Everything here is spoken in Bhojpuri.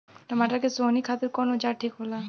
टमाटर के सोहनी खातिर कौन औजार ठीक होला?